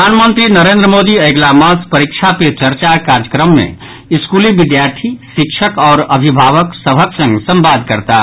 प्रधानमंत्री नरेन्द्र मोदी अगिला मास परिक्षा पे चर्चा कार्यक्रम मे स्कूली विद्यार्थी शिक्षक आओर अभिभावक सभक संग संवाद करताह